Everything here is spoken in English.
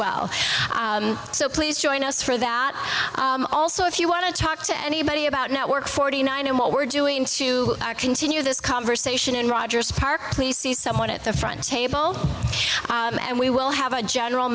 well so please join us for that also if you want to talk to anybody about network forty nine and what we're doing to continue this conversation in rogers park please see someone at the front table and we will have a general